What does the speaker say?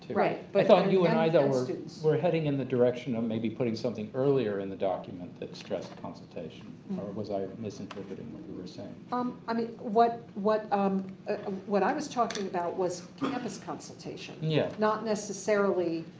right. but i thought you and i though were. we're heading in the direction of maybe putting something earlier in the document that stress consultation or was i misinterpreting what you were saying. um i mean, what what um ah i was talking about was campus consultation. yeah. not necessarily,